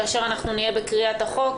כאשר נהיה בקריאת החוק,